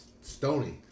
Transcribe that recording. stony